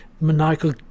maniacal